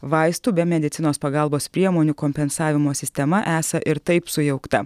vaistų bei medicinos pagalbos priemonių kompensavimo sistema esą ir taip sujaukta